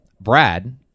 Brad